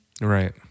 right